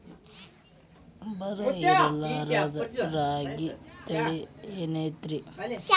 ಬರ ಇರಲಾರದ್ ರಾಗಿ ತಳಿ ಐತೇನ್ರಿ?